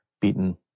beaten